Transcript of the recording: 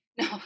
no